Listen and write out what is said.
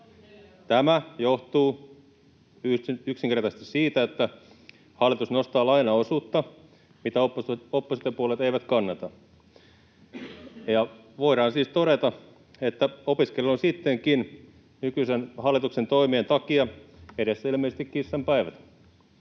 Tämä johtuu yksinkertaisesti siitä, että hallitus nostaa lainaosuutta, mitä oppositiopuolueet eivät kannata. Voidaan siis todeta, että opiskelijoilla on sittenkin nykyisen hallituksen toimien takia edessä ilmeisesti kissanpäivät